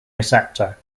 receptor